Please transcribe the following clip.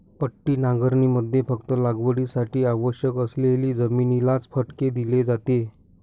पट्टी नांगरणीमध्ये फक्त लागवडीसाठी आवश्यक असलेली जमिनीलाच फटके दिले जाते